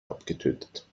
abgetötet